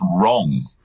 wrong